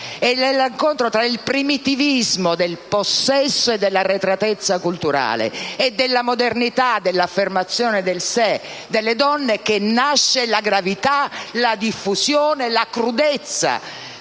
dall'incontro tra il primitivismo del possesso e dell'arretratezza culturale e la modernità dell'affermazione del sé delle donne che nasce la gravità, la diffusione e la crudezza